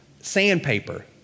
sandpaper